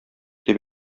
дип